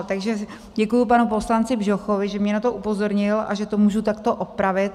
Takže děkuji panu poslanci Bžochovi, že mě na to upozornil a že to můžu takto opravit.